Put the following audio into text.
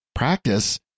practice